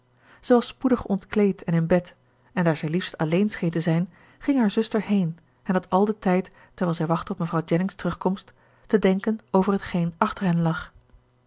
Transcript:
was spoedig ontkleed en in bed en daar zij liefst alleen scheen te zijn ging haar zuster heen en had al den tijd terwijl zij wachtte op mevrouw jennings terugkomst te denken over hetgeen achter hen lag